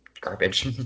garbage